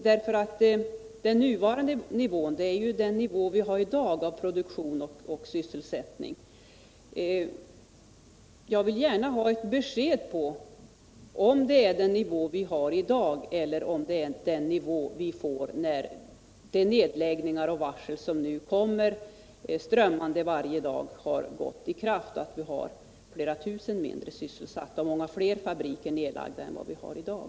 ”Den nuvarande nivån” måste betyda den nivå av produktion och sysselsättning som vi har i dag. Jag vill gärna ha ett besked på denna punkt. Är det den nivå vi har i dag som avses, eller är det den nivå vi får när de nedläggningar och varsel som nu varje dag kommer strömmande har trätt i kraft? Det innebär i så fall flera tusen färre sysselsatta och många fler nedlagda fabriker än vi har i dag.